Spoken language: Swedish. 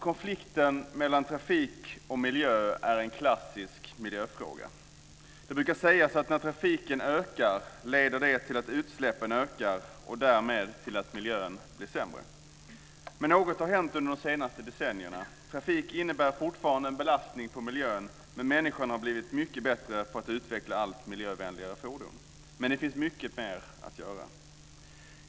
Konflikten mellan trafik och miljö är en klassisk miljöfråga. Det brukar sägas att när trafiken ökar leder det till att utsläppen ökar och därmed till att miljön blir sämre. Men något har hänt under de senaste decennierna. Trafik innebär fortfarande en belastning på miljön, men människan har blivit mycket bättre på att utveckla allt miljövänligare fordon. Men det finns mycket mer att göra.